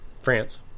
France